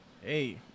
hey